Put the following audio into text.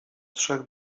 trzech